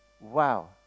Wow